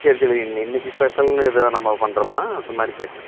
சரி சரிங்க இன்று இன்றைக்கி ஸ்பெஷல்னு எதுவும் நம்ம பண்ணுறோமா அந்த மாதிரி கேட்குறேன்